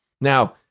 Now